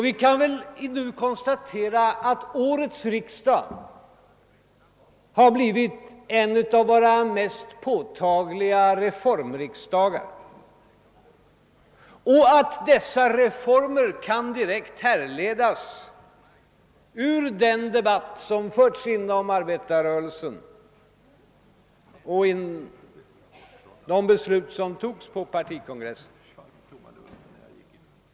Vi kan väl konstatera att årets riksdag har blivit en av de mest påtagliga reformriksdagarna och att dessa reformer kan direkt härledas ur den debatt som förts inom arbetarrörelsen och de beslut som fattats på partikongressen.